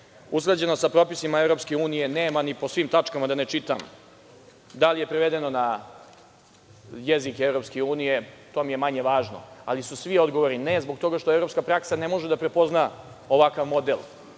Usklađenosti sa propisima EU, nema ni po svim tačkama, nema potrebe da čitam. Da li je prevedeno na jezik EU? To mi je manje važno, ali su svi odgovori ne, zbog toga što evropska praksa ne može da prepozna ovakav model.